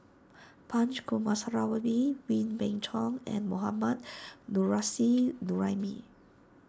Punch Coomaraswamy Wee Beng Chong and Mohammad Nurrasyid Juraimi